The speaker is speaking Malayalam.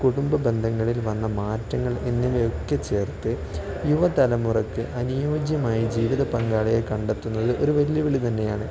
കുടുംബ ബന്ധങ്ങളിൽ വന്ന മാറ്റങ്ങൾ എന്നിവയൊക്കെ ചേർത്ത് യുവതലമുറയ്ക്ക് അനുയോജ്യമായി ജീവിത പങ്കാളിയെ കണ്ടെത്തുന്നത് ഒരു വെല്ലുവിളി തന്നെയാണ്